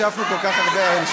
תמר, את רוצה תשובה?